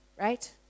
right